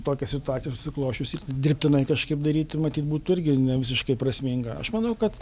tokia situacija susiklosčiusi dirbtinai kažkaip daryti matyt būtų irgi ne visiškai prasminga aš manau kad